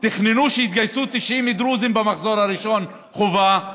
תכננו שיתגייסו 90 דרוזים במחזור הראשון בגיוס חובה,